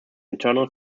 internal